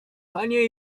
panie